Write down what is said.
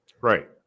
Right